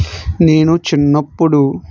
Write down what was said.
నేను చిన్నప్పుడు